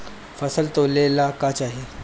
फसल तौले ला का चाही?